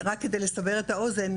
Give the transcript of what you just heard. רק כדי לסבר את האוזן,